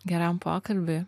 geram pokalbiui